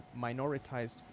minoritized